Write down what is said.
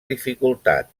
dificultat